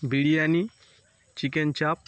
biryani chicken চাপ